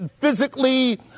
physically